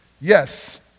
yes